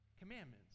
commandments